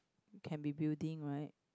can be building right